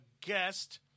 guest